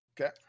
Okay